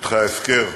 שטחי ההפקר.